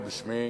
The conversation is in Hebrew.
ובשמי,